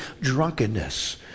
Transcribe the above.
drunkenness